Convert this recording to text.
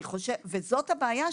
זאת הבעיה,